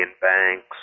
Banks